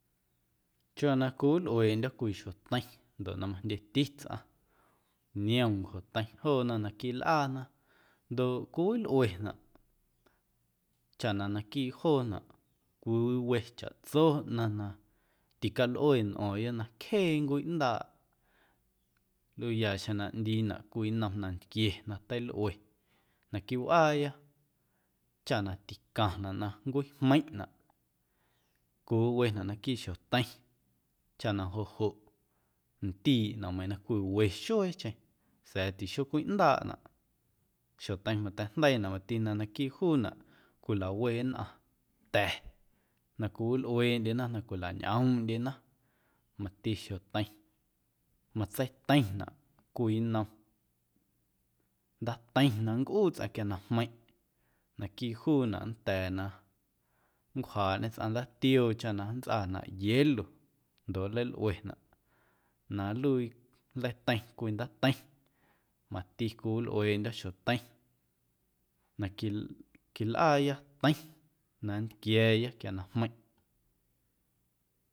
Chiuuwaa na cwiwilꞌueeꞌndyo̱ cwii xjoteiⁿ ndoꞌ na majndyeti tsꞌaⁿ niom ncjoteiⁿ joona naquiiꞌ lꞌaana ndoꞌ cwiwilꞌuenaꞌ chaꞌ na naquiiꞌ joonaꞌ cwiwiwe chaꞌtso ꞌnaⁿ na ticalꞌue nꞌo̱o̱ⁿya na cjee nncwiꞌndaaꞌ nlꞌuuya xjeⁿ na ꞌndiinaꞌ cwii nnom nantquie na teilꞌue naquiiꞌ wꞌaaya chaꞌ na ticaⁿnaꞌ nncwijmeiⁿꞌnaꞌ cwiwenaꞌ naquiiꞌ xjoteiⁿ chaꞌ na joꞌ joꞌ ndiiꞌnaꞌ meiiⁿ na cwiwexueecheⁿ sa̱a̱ tixocwiꞌndaaꞌnaꞌ. Xjoteiⁿ mateijndeiinaꞌ mati na naquiiꞌ juunaꞌ cwilawe nnꞌaⁿ ta̱ na cwiwilꞌueeꞌndyena na cwilañꞌoomꞌndyena, mati xjoteiⁿ matseiteiⁿnaꞌ cwii nnom ndaateiⁿ na nncꞌuu tsꞌaⁿ quia na jmeiⁿꞌ, naquiiꞌ juunaꞌ nnda̱a̱ na nncwjaaꞌñe tsꞌaⁿ ndaatioo chaꞌ na nntsꞌaanaꞌ hielo ndoꞌ nleilꞌuenaꞌ na nluii nleiteiⁿ cwii ndaateiⁿ, mati cwiwilꞌueeꞌndyo̱ xjoteiⁿ na qui quilꞌaaya teiⁿ na nntquia̱a̱ya quia na jmeiⁿꞌ.